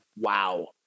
Wow